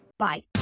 Bye